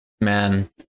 Man